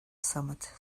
summit